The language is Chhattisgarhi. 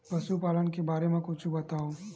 पशुपालन के बारे मा कुछु बतावव?